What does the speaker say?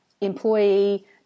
employee